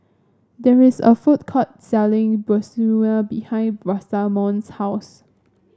there is a food court selling Bratwurst behind Rosamond's house